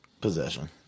possession